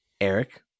Eric